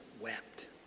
wept